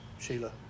Sheila